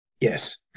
Yes